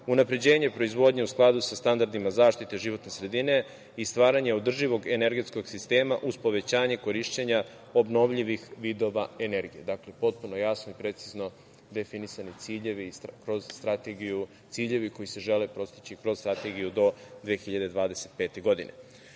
unapređenje proizvodnje u skladu sa standardima zaštite životne sredine i stvaranje održivog energetskog sistema uz povećanje korišćenja obnovljivih vidova energije. Dakle, potpuno jasno i precizno definisani ciljevi kroz Strategiju, ciljevi koji se žele postići kroz Strategiju do 2025.